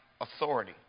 authority